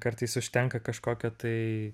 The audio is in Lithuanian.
kartais užtenka kažkokio tai